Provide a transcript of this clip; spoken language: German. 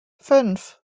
fünf